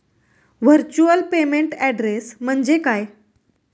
Virtual payment address म्हणजे काय?